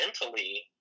mentally